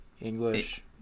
English